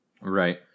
Right